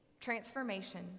transformation